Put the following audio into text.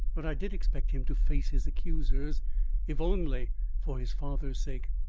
but i did expect him to face his accusers if only for his father's sake.